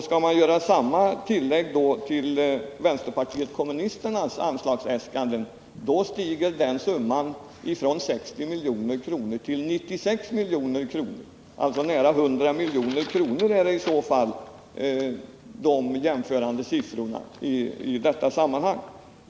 Skall man göra samma tillägg till vänsterpartiet kommunisternas anslagsäskanden, stiger summan från 60 till 96 milj.kr. Nästan 100 milj.kr. blir i så fall den siffra vi skall jämföra med i detta sammanhang.